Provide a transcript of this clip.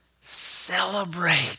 celebrate